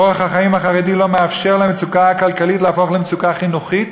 אורח החיים החרדי לא מאפשר למצוקה הכלכלית להפוך למצוקה חינוכית